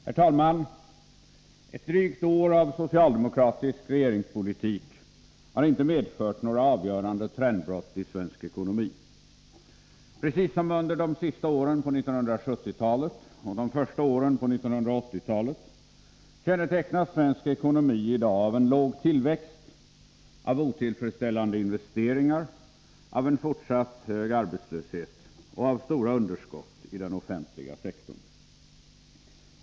Herr talman! Ett drygt år av socialdemokratisk regeringspolitik har inte medfört några avgörande trendbrott i svensk ekonomi. Precis som under de sista åren på 1970-talet och de första åren på 1980-talet kännetecknas svensk ekonomi i dag av en låg tillväxt, av otillfredsställande investeringar, av en fortsatt hög arbetslöshet och av stora underskott i den offentliga sektorn.